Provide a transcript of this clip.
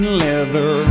leather